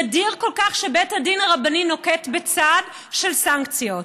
נדיר כל כך שבית הדין הרבני נוקט צעד של סנקציות.